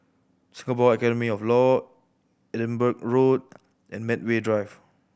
Singapore Academy of Law Edinburgh Road and Medway Drive